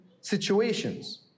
situations